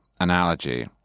analogy